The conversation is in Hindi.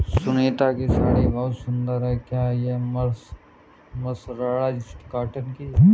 सुनीता की साड़ी बहुत सुंदर है, क्या ये मर्सराइज्ड कॉटन की है?